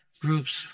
groups